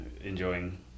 enjoying